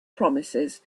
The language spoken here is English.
promises